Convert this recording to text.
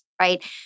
right